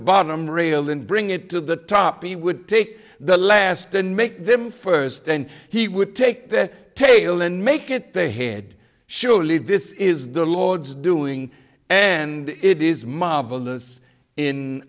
bottom rail and bring it to the top he would take the last and make them first and he would take the tail and make it the head surely this is the lord's doing and it is marvelous in